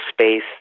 space